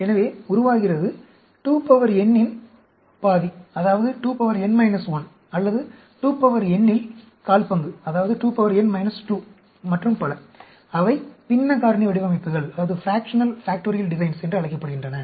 எனவே உருவாகிறது 2n இன் ½ அதாவது 2n 1 அல்லது 2n இல் 14 அதாவது 2n 2 மற்றும் பல அவை பின்ன காரணி வடிவமைப்புகள் என்று அழைக்கப்படுகின்றன